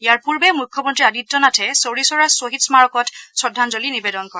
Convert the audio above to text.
ইয়াৰ পূৰ্বে মুখ্যমন্ত্ৰী আদিত্যনাথে চৌৰি চৌৰাৰ শ্বহীদ স্মাৰকত শ্ৰদ্ধাঞ্জলি নিবেদন কৰে